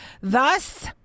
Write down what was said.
Thus